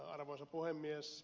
arvoisa puhemies